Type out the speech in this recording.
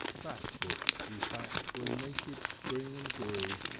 fat books whose backs were naked string and glue,